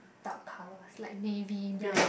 dark color like navy black